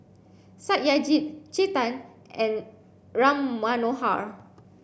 Satyajit Chetan and Ram Manohar